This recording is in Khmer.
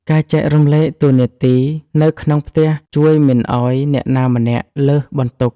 ការចែករំលែកតួនាទីនៅក្នុងផ្ទះជួយមិនឱ្យអ្នកណាម្នាក់លើសបន្ទុក។